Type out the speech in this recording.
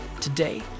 Today